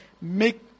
make